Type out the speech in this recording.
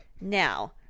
Now